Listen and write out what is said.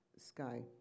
Sky